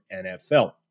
NFL